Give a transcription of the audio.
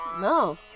No